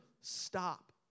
stop